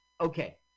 okay